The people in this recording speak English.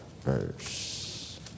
verse